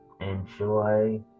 enjoy